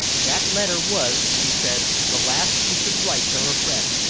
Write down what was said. that letter was, she said, the last she should write to her friend.